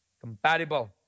compatible